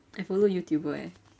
I follow youtuber eh